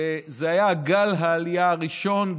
וזה היה גל העלייה הראשון,